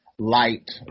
light